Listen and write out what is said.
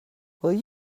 will